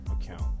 account